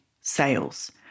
sales